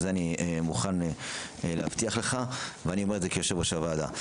זה אני מוכן להבטיח לך ואני אומר את זה כיושב ראש הוועדה.